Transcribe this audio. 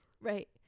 Right